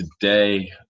today